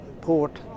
port